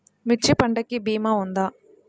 మిర్చి పంటకి భీమా ఉందా?